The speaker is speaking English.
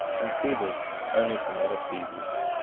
and thebes only from that of theseus.